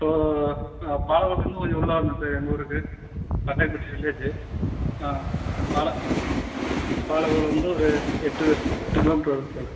இப்போ நான் பாலக்கோட்லர்ந்து கொஞ்சம் உள்ளே வரணும் சார் எங்கள் ஊருக்கு பட்டாக்குபட்டி வில்லேஜு ஆ பால பாலக்கோட்லேர்ந்து ஒரு எட்டு எட்டு கிலோமீட்ரு வருங்க சார்